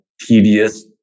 tedious